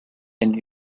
and